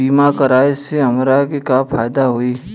बीमा कराए से हमरा के का फायदा होई?